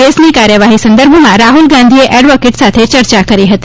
કેસની કાર્યવાહી સંદર્ભમાં રાહુલ ગાંધીએ એડવોકેટ સાથે ચર્ચા કરી હતી